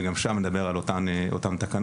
וגם שם נדבר על אותן תקנות.